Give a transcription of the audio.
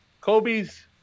Kobe's